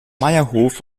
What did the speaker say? meierhof